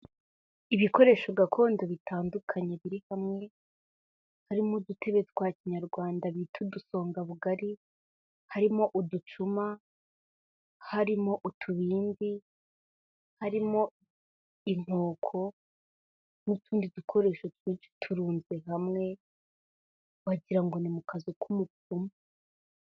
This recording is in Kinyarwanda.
Ibikoresho gakondo bitandukanye biri hamwe, harimo udutebe twa Kinyarwanda bita udusongabugari, harimo uducuma, harimo utubindi, harimo inkoko n'utundi dukoresho twinshi turunze hamwe, wagira ngo ni mu kazu k'umupfumu.